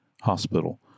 hospital